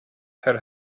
her